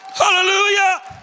hallelujah